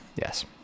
Yes